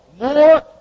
more